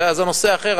זה נושא אחר.